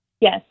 Yes